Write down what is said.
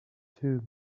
too